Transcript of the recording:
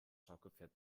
schaukelpferd